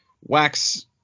Wax